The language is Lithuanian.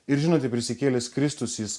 ir žinote prisikėlęs kristus jis